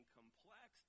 complex